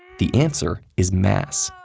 the answer is mass.